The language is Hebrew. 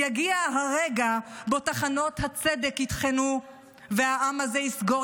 יגיע הרגע שבו טחנות הצדק יטחנו והעם הזה יסגור